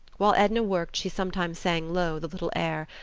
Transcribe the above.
while edna worked she sometimes sang low the little air,